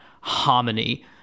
harmony